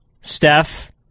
Steph